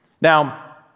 Now